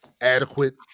adequate